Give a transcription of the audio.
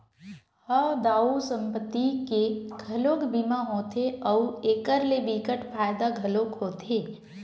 हव दाऊ संपत्ति के घलोक बीमा होथे अउ एखर ले बिकट फायदा घलोक होथे